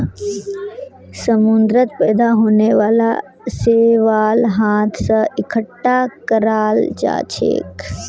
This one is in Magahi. समुंदरत पैदा होने वाला शैवाल हाथ स इकट्ठा कराल जाछेक